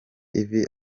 ivi